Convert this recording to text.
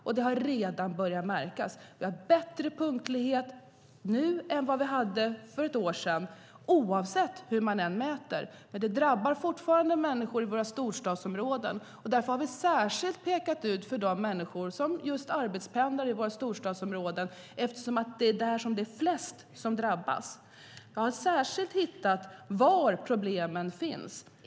Och det har redan börjat märkas. Vi har en bättre punktlighet nu än vad vi hade för ett år sedan, oavsett hur man mäter. Men det drabbar fortfarande människor i våra storstadsområden. Vi har särskilt pekat ut de människor som arbetspendlar i våra storstadsområden eftersom det är flest som drabbas där. Vi har tittat på var problemen finns.